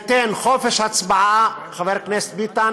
ומנסים לבדוק אם אפשר להחיל את חוק יום לימודים